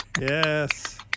Yes